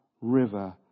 river